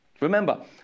Remember